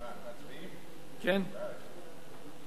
ההצעה להעביר את הצעת חוק קליטת חיילים משוחררים (תיקון מס'